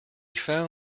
found